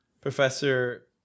Professor